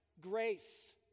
Grace